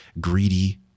greedy